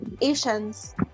Asians